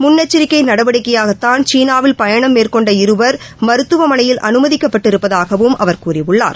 முன்னெச்சரிக்கைநடவடிக்கையாகத்தான் சீனாவில் மேற்கொண்ட பயணம் இருவர் மருத்துவமனையில் அமைதிக்கப்பட்டிருப்பதாகவும் அவர் கூறியுள்ளார்